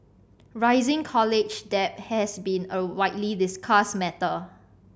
rising college debt has been a widely discussed matter